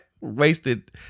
Wasted